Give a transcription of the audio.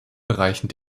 bereichen